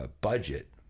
budget